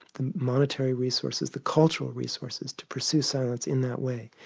the monetary resources, the cultural resources to pursue silence in that way.